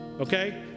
okay